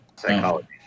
psychology